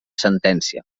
sentència